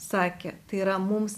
sakė tai yra mums